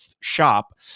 shop